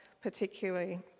particularly